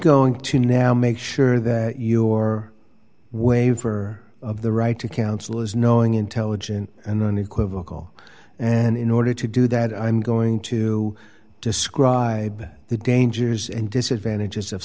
going to now make sure that your waiver of the right to counsel is knowing intelligent and unequivocal and in order to do that i'm going to describe the dangers and disadvantages of